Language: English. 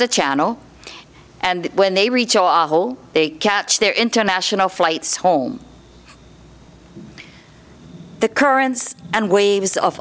the channel and when they reach awful they catch their international flights home the currents and waves of